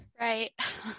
Right